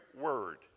word